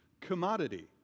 commodity